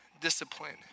discipline